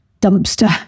dumpster